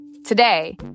Today